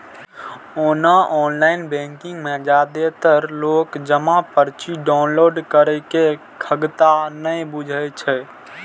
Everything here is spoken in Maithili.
ओना ऑनलाइन बैंकिंग मे जादेतर लोक जमा पर्ची डॉउनलोड करै के खगता नै बुझै छै